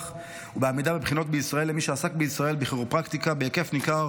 ועמידה בבחינות בישראל למי שעסק בישראל בכירופרקטיקה בהיקף ניכר